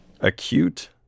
Acute